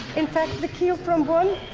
in fact the keel from one,